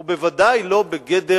הוא בוודאי לא בגדר